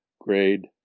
grade